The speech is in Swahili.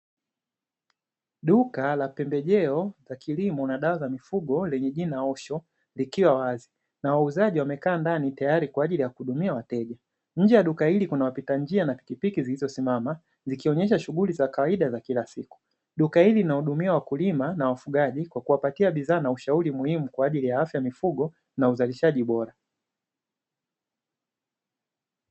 Duka la pembejeo za kilimo na dawa za mifugo yenye jina osho likiwa wazi na wauzaji wamekaa ndani tayari kwa ajili ya kuhudumia wateja, nje ya duka hili kuna wapita njia na pikipiki zilizosimama, nikionyesha shughuli za kawaida za kila siku duka hili linahudumia wakulima na wafugaji kwa kuwapatia bidhaa na ushauri muhimu kwa ajili ya afya ya mifugo na uzalishaji bora.